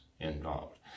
involved